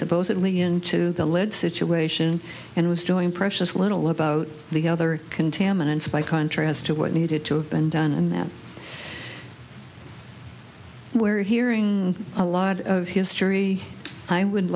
supposedly into the lead situation and was doing precious little about the other contaminants by contrast to what needed to have been done and that where hearing a lot of history i would